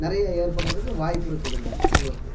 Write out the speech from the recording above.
நிறைய ஏற்படுறதுக்கும் வாய்ப்பு இருக்குதுங்க எங்களுக்கு